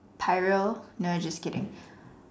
no uh just kidding